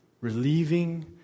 relieving